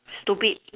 stupid